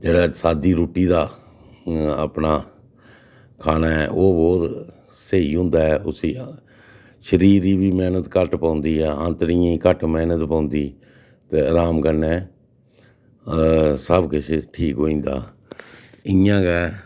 जेह्ड़ा सादी रुट्टी दा अपना खाना ऐ ओह् बौह्त स्हेई होंदा ऐ उसी शरीर ई बी मेह्नत घट्ट पौंदी ऐ आंतड़ियें गी घट्ट मैह्नत पौंदी ते अराम कन्नै सब किश ठीक होई जंदा इयां गै